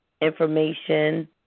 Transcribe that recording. information